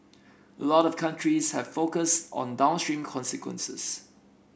a lot of countries have focused on downstream consequences